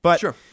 Sure